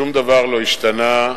שום דבר לא השתנה,